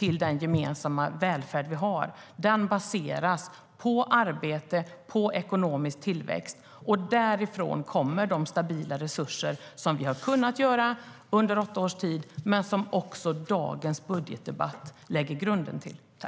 i den gemensamma välfärden hade minskat. Den baseras på arbete och ekonomisk tillväxt. Därifrån kommer de stabila resurser som vi har kunnat göra under åtta års tid men som också dagens budget lägger grunden för.